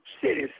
cities